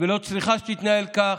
ולא צריכה להתנהל כך.